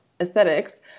aesthetics